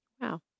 wow